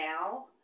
now